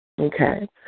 Okay